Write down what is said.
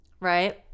right